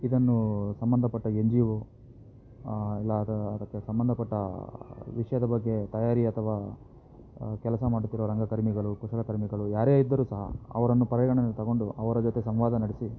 ಇದನ್ನು ಸಂಬಂಧಪಟ್ಟ N G O ಇಲ್ಲ ಅದು ಅದಕ್ಕೆ ಸಂಬಂಧಪಟ್ಟ ವಿಷಯದ ಬಗ್ಗೆ ತಯಾರಿ ಅಥವಾ ಕೆಲಸ ಮಾಡುತ್ತಿರುವ ರಂಗಕರ್ಮಿಗಳು ಕುಶಲಕರ್ಮಿಗಳು ಯಾರೇ ಇದ್ದರೂ ಸಹ ಅವರನ್ನು ಪರಿಗಣನೆಗೆ ತಗೊಂಡು ಅವರ ಜೊತೆ ಸಂವಾದ ನಡೆಸಿ